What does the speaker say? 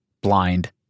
blind